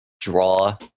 draw